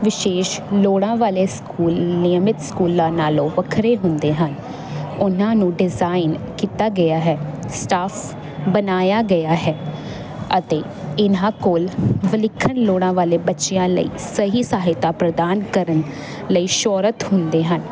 ਵਿਸ਼ੇਸ਼ ਲੋੜਾਂ ਵਾਲੇ ਸਕੂਲ ਨਿਯਮਿਤ ਸਕੂਲਾਂ ਨਾਲੋਂ ਵੱਖਰੇ ਹੁੰਦੇ ਹਨ ਉਹਨਾਂ ਨੂੰ ਡਿਜ਼ਾਈਨ ਕੀਤਾ ਗਿਆ ਹੈ ਸਟਾਫ ਬਣਾਇਆ ਗਿਆ ਹੈ ਅਤੇ ਇਹਨਾਂ ਕੋਲ ਵਿਲੱਖਣ ਲੋੜਾਂ ਵਾਲੇ ਬੱਚਿਆਂ ਲਈ ਸਹੀ ਸਹਾਇਤਾ ਪ੍ਰਦਾਨ ਕਰਨ ਲਈ ਸਰੋਤ ਹੁੰਦੇ ਹਨ